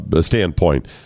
standpoint